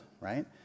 right